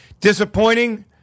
Disappointing